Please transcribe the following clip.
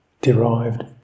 derived